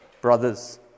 brothers